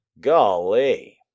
Golly